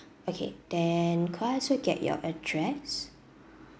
okay then could I also get your address